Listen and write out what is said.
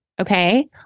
okay